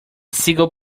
single